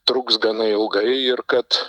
truks gana ilgai ir kad